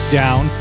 down